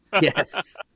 Yes